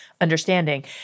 understanding